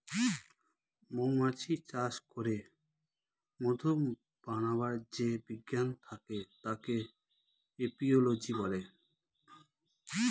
মৌমাছি চাষ করে মধু বানাবার যে বিজ্ঞান থাকে তাকে এপিওলোজি বলে